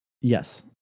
yes